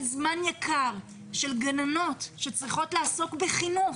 זמן יקר של גננות שצריכות לעסוק בחינוך.